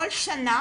כל שנה